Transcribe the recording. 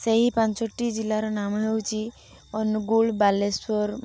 ସେଇ ପାଞ୍ଚଟି ଜିଲ୍ଲାର ନାମ ହେଉଛି ଅନୁଗୁଳ ବାଲେଶ୍ୱର